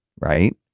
right